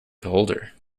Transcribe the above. beholder